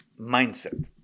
mindset